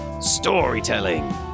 storytelling